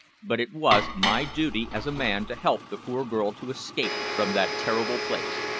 but it was my duty as a man to help the poor girl to escape from that terrible place.